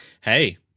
Hey